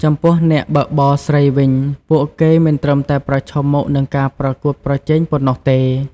ចំពោះ អ្នកបើកបរស្រីវិញ ពួកគេមិនត្រឹមតែប្រឈមមុខនឹងការប្រកួតប្រជែងប៉ុណ្ណោះទេ។